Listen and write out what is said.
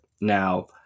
Now